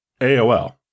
AOL